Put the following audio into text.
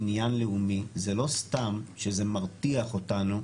עניין לאומי זה לא סתם שזה מרתיח אותנו,